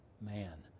man